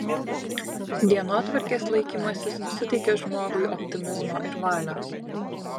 dienotvarkės laikymasis suteikia žmogui optimizmo ir valios